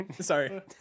sorry